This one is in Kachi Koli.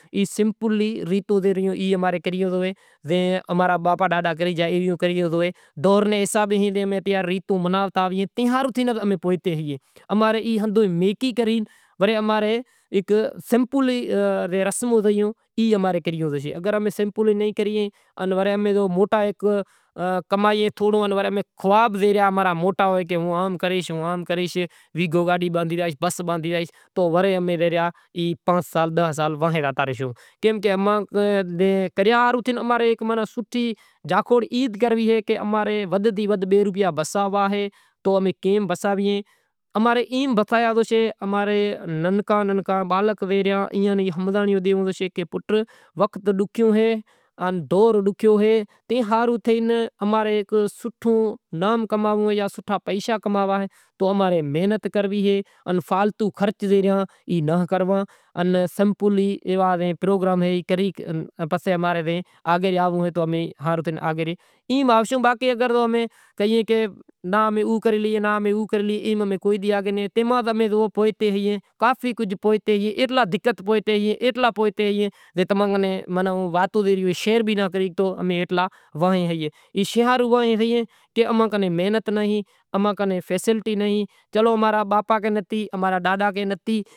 ای سمپلی ریتوں ریوں جو اماں را ابا ڈاڈا کری گیا، وری اماں را سیمپلوں رسموں کرنوویوں راہشیں، اگر امیں کماویں تھوڑو ان اماں را خواب زکو ریا موٹا ہوئیں کہ ہوں ایم کریش ایم کریش۔ آنپڑے بئے سالاں ماں بہ درجا گھنڑا ہتا تو میں پہریں میں داخلا لیدہی بدہے اسکول ماں ننکے ماں ننکو ہوں ہتو، ننکے ماں ننکو ہوں ہتو باقی بیزا ہتا ئے موٹا موٹا سوکرا بدہاں ماں ننکو ننکو ہوں ہتو۔ ماستر وسارے کیدہو کہ ننکے ماں ننکو توں سے تو تنیں ودھ تھیں ودھ محنت کرنڑی پڑشے۔ اماں رو ماستر ہتو عبدالمجید نام ہتو اینے وچارے با نے منگائے کیدہو کہ ای سوکرو ریو تمیں ہر طرح ایناں بھنڑائو، تمیں غریبی سو تماں آگر کیم نیں کرے شگو، ای مار بار نی وات نتھی اے غریب خاندان تعلق راکھے ؟غریب خاندان تھیں ایئاں نو واسطو اہے تو عام مانڑاں نو بیزے رو بھنڑیل ہوشے تو آگر نکرشے۔ تو ای ماستر ہتو موں نیں سوٹھے نمونے تھیں بھنڑائے آگر لانڑ نی کوشش کری کیدہو کہ بھائی توں ماں را ڈیکرا بھنڑیس تو تم آگے نکریش تنیں بھنڑی ڈیکھانڑنڑو اے۔ تاں رے پریوار میں کوئی بھنڑیل نائیں تاں رے پریوار میں کوئی ایوو ہمزنڑ واڑو مانڑو نائین۔